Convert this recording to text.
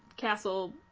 castle